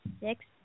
Six